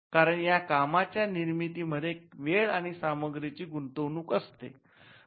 कारण या कामांच्या निर्मिती मध्ये वेळ आणि सामग्रीची गुंतवणूक असते